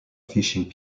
fishing